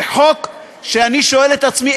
זה חוק שאני שואל את עצמי,